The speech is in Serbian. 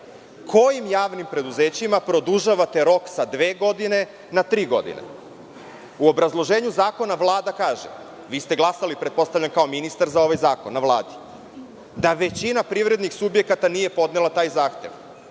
Kojim javnim preduzećima produžavate rok sa dve godine na tri godine? U obrazloženju zakona Vlada kaže, vi ste glasali pretpostavljam kao ministar za ovaj zakon na Vladi, da većina privrednih subjekata nije podnela taj zahtev.